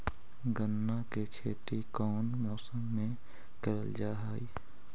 गन्ना के खेती कोउन मौसम मे करल जा हई?